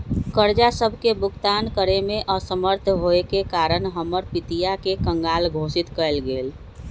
कर्जा सभके भुगतान करेमे असमर्थ होयेके कारण हमर पितिया के कँगाल घोषित कएल गेल